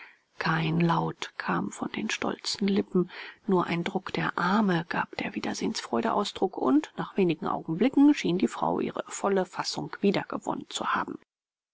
kein laut kam von den stolzen lippen nur ein druck der arme gab der wiedersehensfreude ausdruck und nach wenigen augenblicken schien die frau ihre volle fassung wiedergewonnen zu haben